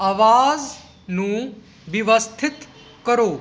ਆਵਾਜ਼ ਨੂੰ ਵਿਵਸਥਿਤ ਕਰੋ